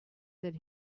that